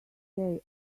say